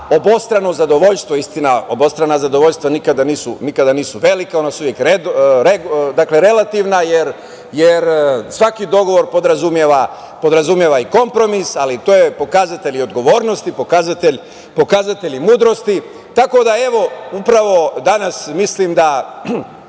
obostrano zadovoljstvo. Istina, obostrana zadovoljstva nikada nisu velika, ona su uvek relativna, jer svaki dogovor podrazumeva i kompromis, ali to je pokazatelj odgovornosti, pokazatelj i mudrosti. Tako da, mislim da